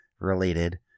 related